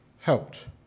helped